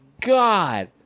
God